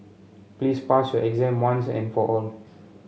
please pass your exam once and for all